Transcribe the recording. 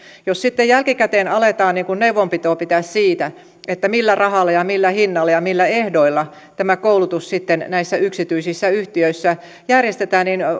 jos sitten jälkikäteen aletaan neuvonpitoa pitämään siitä millä tavalla ja millä hinnalla ja millä ehdoilla tämä koulutus sitten näissä yksityisissä yhtiöissä järjestetään niin